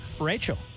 Rachel